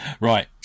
Right